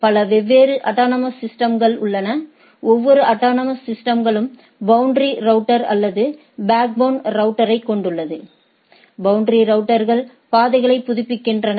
பல வெவ்வேறு அட்டானமஸ் சிஸ்டம்கள்உள்ளன ஒவ்வொரு அட்டானமஸ் சிஸ்டம்களும் பௌண்டரி ரவுட்டர் அல்லது பேக்போன் ரௌட்டரை கொண்டுள்ளது பௌண்டரி ரவுட்டர்கள் பாதைகளை புதுப்பிக்கின்றன